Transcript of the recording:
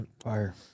Fire